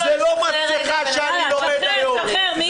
שחרר, מיקי.